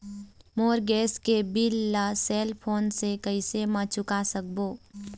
मोर gas के bill ला cell phone से कैसे म चुका सकबो?